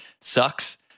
sucks